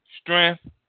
strength